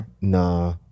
nah